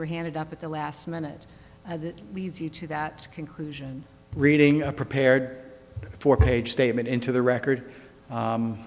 were handed up at the last minute and that leads you to that conclusion reading a prepared for page statement into the record